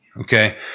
okay